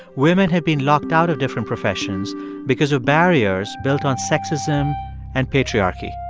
women have been locked out of different professions because of barriers built on sexism and patriarchy.